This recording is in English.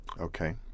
okay